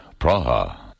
Praha